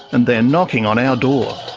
and they're knocking on our door.